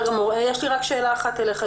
יש לי רק שאלה אחת אליך.